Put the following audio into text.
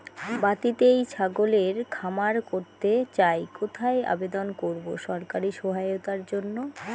বাতিতেই ছাগলের খামার করতে চাই কোথায় আবেদন করব সরকারি সহায়তার জন্য?